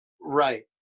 Right